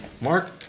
Mark